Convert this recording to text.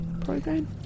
program